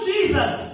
Jesus